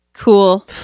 cool